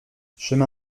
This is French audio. chemin